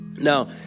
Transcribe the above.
Now